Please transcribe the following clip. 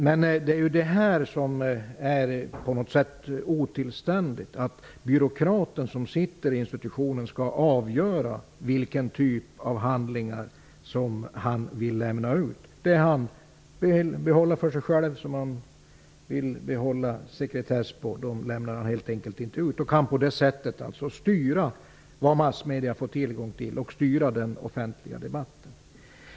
Men det är ju otillständigt att den byråkrat som sitter i institutionen skall avgöra vilken typ av handlingar som skall lämnas ut. De handlingar han vill behålla sekretess på lämnar han helt enkelt inte ut. På det sättet kan han alltså styra vad massmedierna får tillgång till och på så sätt styra den offentliga debatten.